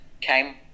came